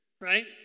right